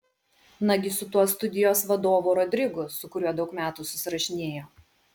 nagi su tuo studijos vadovu rodrigu su kuriuo daug metų susirašinėjo